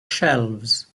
shelves